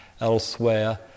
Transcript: elsewhere